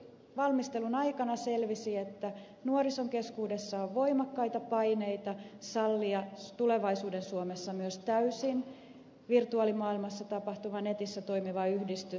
valmistelun aikana selvisi että nuorison keskuudessa on voimakkaita paineita sallia tulevaisuuden suomessa myös täysin virtuaalimaailmassa tapahtuva netissä toimiva yhdistys